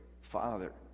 Father